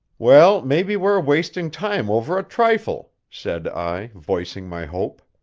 well, maybe we're wasting time over a trifle, said i, voicing my hope.